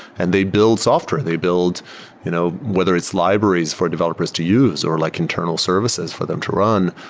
and they build software. they build you know whether it's libraries for developers to use or like internal services for them to run.